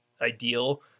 ideal